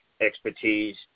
expertise